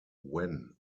when